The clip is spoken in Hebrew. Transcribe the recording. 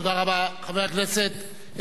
חבר הכנסת חנא סוייד.